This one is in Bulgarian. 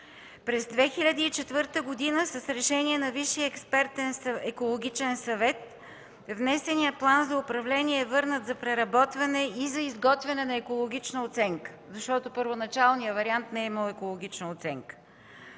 През 2004 г. с решение на Висшия експертен екологичен съвет внесеният план за управление е върнат за преработване и за изготвяне на екологична оценка, защото първоначалният вариант не е имал екологична оценка.